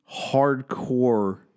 hardcore